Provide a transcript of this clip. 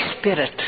Spirit